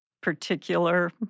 particular